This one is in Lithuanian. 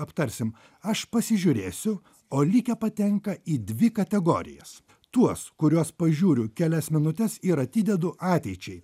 aptarsim aš pasižiūrėsiu o likę patenka į dvi kategorijas tuos kuriuos pažiūriu kelias minutes ir atidedu ateičiai